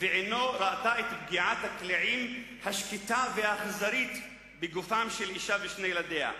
ועינו ראתה את פגיעת הקליעים השקטה והאכזרית בגופם של אשה ושני ילדיה.